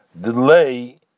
Delay